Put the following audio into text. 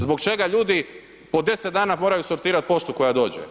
Zbog čega ljudi po 10 dana moraju sortirat poštu koja dođe?